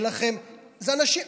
אלה אנשים,